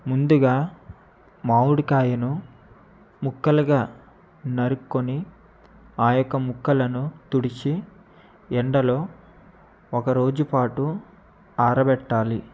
ముందుగా మామిడి కాయను ముక్కలుగా నరుక్కొని అ యొక్క ముక్కలను తుడిచి ఎండలో ఒక రోజు పాటు ఆరబెట్టాలి